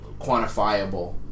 quantifiable